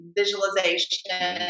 visualization